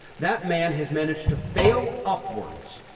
that man has managed to fail upwards,